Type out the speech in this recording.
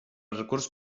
recurs